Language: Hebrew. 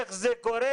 איך זה קורה?